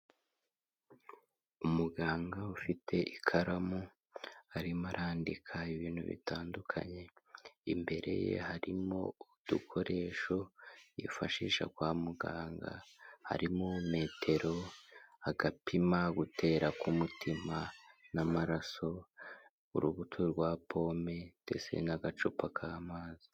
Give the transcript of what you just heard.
Umuganga ufite ikaramu, arimo arandika ibintu bitandukanye, imbere ye harimo udukoresho yifashisha kwa muganga, harimo metero, agapima gutera k'umutima n'amaraso, urubuto rwa pome, ndetse n'agacupa k'amazi.